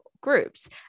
groups